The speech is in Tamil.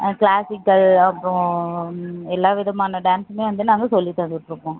ஆ க்ளாசிக்கல் அப்புறம் ம் எல்லாவிதமான டான்ஸுமே நாங்கள் சொல்லி தந்துட்டுருக்கோம்